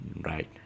right